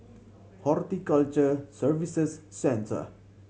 Horticulture Services Centre